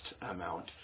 amount